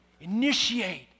Initiate